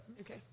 Okay